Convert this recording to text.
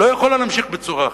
לא יכולה להמשיך בצורה אחרת.